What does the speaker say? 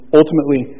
ultimately